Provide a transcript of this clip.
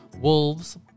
wolves